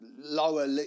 lower